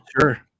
Sure